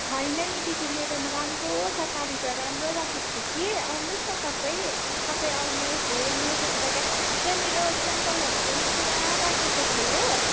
होइन नि दिदी मेरोमा राम्रो छ कारिगर राम्रो राखेको छु कि आउनोस् न तपाईँ तपाईँ आउनोस् हेर्नोस् एकपल्ट त्यहाँनिर स्याम्पलहरू पनि पुरा राखेको छु हो